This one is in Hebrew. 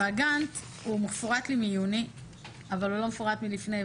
הגאנט מפורט מיוני אבל לא מפורט לפני.